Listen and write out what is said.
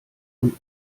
und